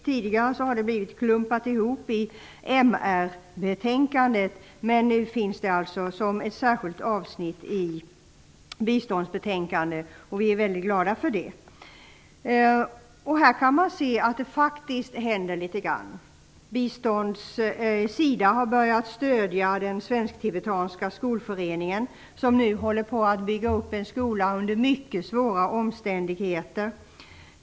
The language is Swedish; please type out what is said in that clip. Tidigare har det klumpats ihop med MR-betänkandet. Nu finns det alltså som ett särskilt biståndsbetänkande, och det är vi väldigt glada för. Man kan se att det faktiskt händer något. SIDA har börjat stödja den svensk-tibetanska skolföreningen som nu håller på att bygga upp en skola under mycket svåra omständigheter.